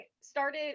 started